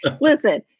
listen